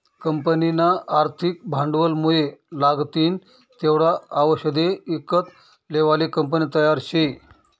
कंपनीना आर्थिक भांडवलमुये लागतीन तेवढा आवषदे ईकत लेवाले कंपनी तयार शे